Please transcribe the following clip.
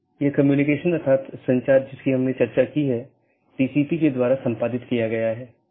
तीसरा वैकल्पिक सकर्मक है जो कि हर BGP कार्यान्वयन के लिए आवश्यक नहीं है